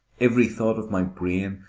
every thought of my brain,